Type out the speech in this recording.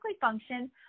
function